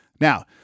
Now